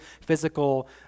physical